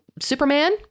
Superman